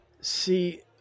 see